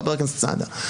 חבר הכנסת סעדה,